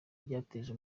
byateje